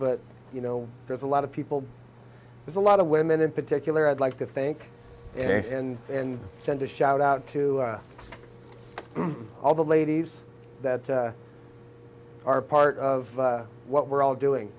but you know there's a lot of people there's a lot of women in particular i'd like to thank and and send a shout out to all the ladies that are part of what we're all doing